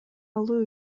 алуу